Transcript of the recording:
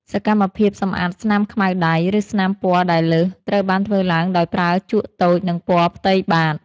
សកម្មភាពសម្អាតស្នាមខ្មៅដៃ ឬស្នាមពណ៌ដែលលើស ត្រូវបានធ្វើឡើងដោយប្រើជក់តូច និងពណ៌ផ្ទៃបាត។